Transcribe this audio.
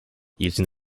using